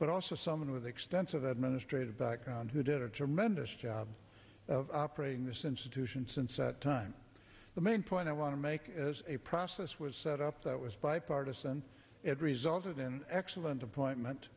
but also someone with extensive administrative background who did a tremendous job of operating this institution since that time the main point i want to make is a process was set up that was bipartisan it resulted in excellent appointment